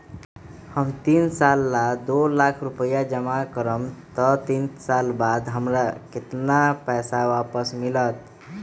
हम तीन साल ला दो लाख रूपैया जमा करम त तीन साल बाद हमरा केतना पैसा वापस मिलत?